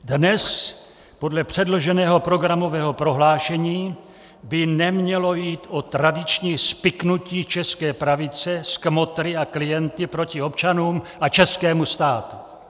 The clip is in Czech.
Dnes podle předloženého programového prohlášení by nemělo jít o tradiční spiknutí české pravice s kmotry a klienty proti občanům a českému státu.